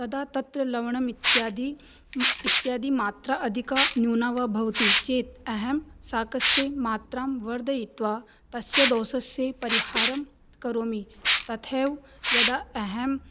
तदा तत्र लवणम् इत्यादि इत्यादि मात्रा अधिका न्यूना वा भवति चेत् अहं शाकस्य मात्रां वर्धयित्वा तस्य दोषस्य परिहारं करोमि तथैव यदा अहम्